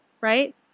right